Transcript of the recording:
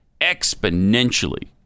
exponentially